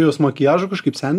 juos makiažu kažkaip sendi